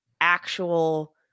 actual